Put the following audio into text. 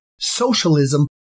socialism